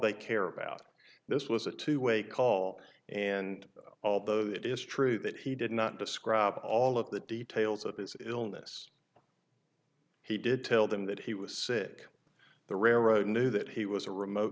they care about this was a two way call and although that is true that he did not describe all of the details of his illness he did tell them that he was sick the railroad knew that he was a remote